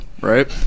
right